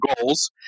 goals